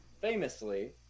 famously